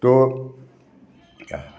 तो क्या